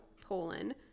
Poland